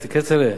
כצל'ה,